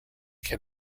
can